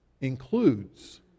includes